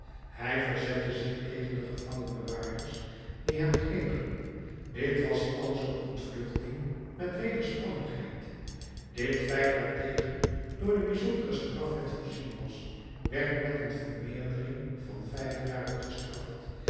hij verzette zich tegen de gevangenbewaarders die hem grepen dit was alzoo ontvluchting en weerspannigheid dit feit waartegen door de bijzondere strafwet voorzien was werd met een vermeerdering van vijf jaren gestraft